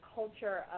culture